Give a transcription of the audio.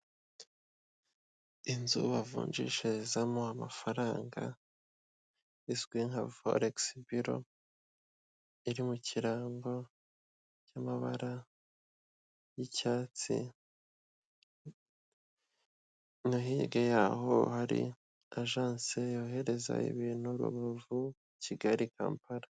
Inzu bavunjishirizamo amafaranga izwi nka volegisi biro iri mu kirango cy'amabara y'icyatsi na hirya yaho hari ajanse yohereza ibintu Rubavu, Kigali, Kampala.